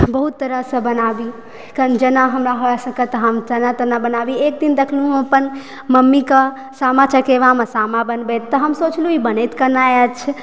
बहुत तरह सऽ बनाबी जेना हमरा भय सकत तेना तेना बनाबी एकदिन देखलहुॅं हम अपन मम्मी के सामा चकेबामे सामा बनबैत तऽ हम सोचलहुॅं ई बनैत केना अछि